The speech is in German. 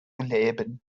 leben